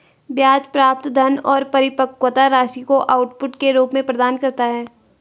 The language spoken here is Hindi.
ब्याज प्राप्त धन और परिपक्वता राशि को आउटपुट के रूप में प्रदान करता है